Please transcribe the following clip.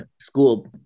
school